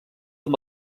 amb